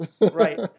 Right